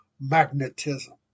magnetism